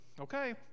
okay